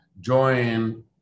join